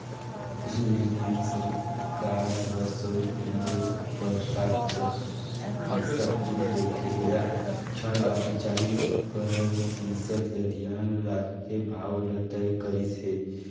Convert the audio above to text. कुसुम योजना म सरकार ह सउर पेनल बर साठ परतिसत छूट देथे एला छोयड़ बाकि चालीस परतिसत ल धियान राखके भाव ल तय करिस हे